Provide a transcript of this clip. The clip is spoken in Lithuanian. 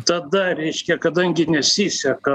tada reiškia kadangi nesiseka